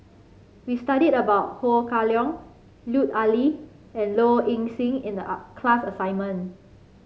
we studied about Ho Kah Leong Lut Ali and Low Ing Sing in the class assignment